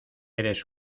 eres